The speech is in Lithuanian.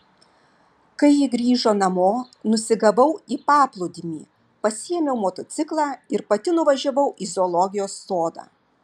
kai ji grįžo namo nusigavau į paplūdimį pasiėmiau motociklą ir pati nuvažiavau į zoologijos sodą